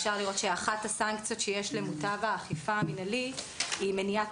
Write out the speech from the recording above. אפשר לראות שאחת הסנקציות שיש למוטב האכיפה המינהלי היא מניעת